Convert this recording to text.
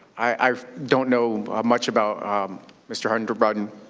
i don't know much about mr. hunter biden.